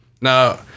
Now